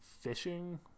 fishing